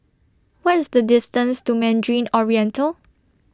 What IS The distance to Mandarin Oriental